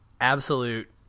absolute